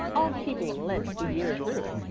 all keeping lent the year through.